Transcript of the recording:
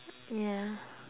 yeah